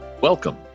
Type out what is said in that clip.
Welcome